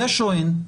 יש או אין?